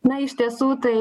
na iš tiesų tai